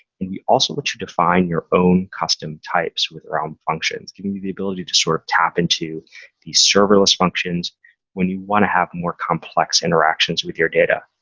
and you also want ah to define your own custom types with realm functions. giving you the ability to sort of tap into these serverless functions when you want to have more complex interactions with your data.